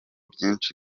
byinshi